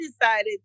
decided